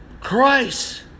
Christ